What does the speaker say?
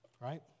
right